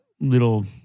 little